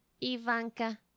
Ivanka